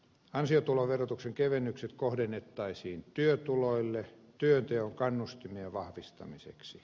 ansiotuloverotuksen kevennykset kohdennettaisiin työtuloille työnteon kannustimien vahvistamiseksi